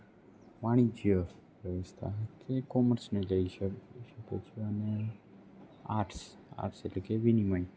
વાણિજ્ય વ્યવસ્થા કે કોમર્સને લઈ લઈ શકે છે અને આર્ટ્સ આર્ટ્સ એટલે કે વિનિમય